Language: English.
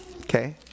Okay